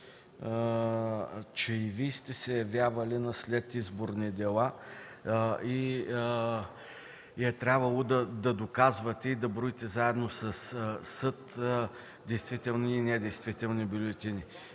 че и Вие сте се явявали на следизборни дела и е трябвало да доказвате, да броите заедно със съда действителни и недействителни бюлетини.